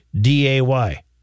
D-A-Y